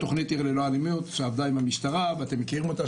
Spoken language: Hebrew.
תוכנית עיר ללא אלימות שעבדה עם המשטרה ואתם מכירים אותה,